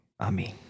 Amen